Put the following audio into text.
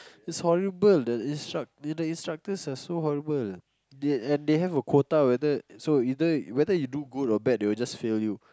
it's horrible the instruct the instructors are so horrible they and they have a quota whether so either whether you do good or bad they will just fail you